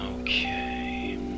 Okay